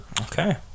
Okay